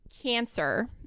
Cancer